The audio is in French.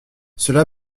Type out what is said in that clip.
cela